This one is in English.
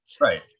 Right